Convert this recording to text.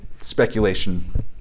speculation